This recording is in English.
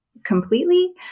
Completely